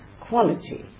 quality